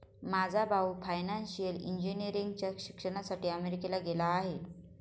माझा भाऊ फायनान्शियल इंजिनिअरिंगच्या शिक्षणासाठी अमेरिकेला गेला आहे